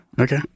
Okay